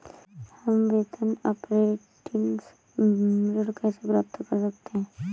हम वेतन अपरेंटिस ऋण कैसे प्राप्त कर सकते हैं?